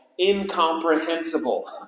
incomprehensible